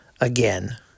again